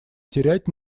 терять